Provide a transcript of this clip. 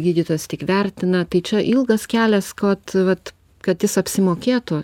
gydytojas tik vertina tai čia ilgas kelias kad vat kad jis apsimokėtų